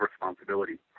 responsibility